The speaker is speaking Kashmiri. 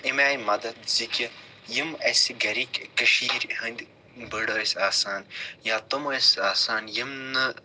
اَمہِ آیہِ مدتھ زِ کہِ یِم اَسہِ گرِکۍ کٔشیٖر ہٕندۍ بٔڑٕ ٲسۍ آسان یا تِم ٲسۍ آسان یِم نہٕ